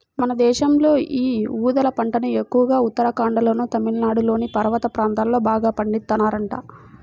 మన దేశంలో యీ ఊదల పంటను ఎక్కువగా ఉత్తరాఖండ్లోనూ, తమిళనాడులోని పర్వత ప్రాంతాల్లో బాగా పండిత్తన్నారంట